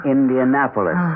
Indianapolis